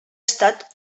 estat